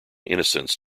innocence